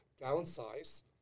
downsize